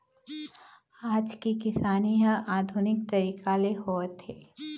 आज के किसानी ह आधुनिक तरीका ले होवत हे